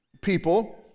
people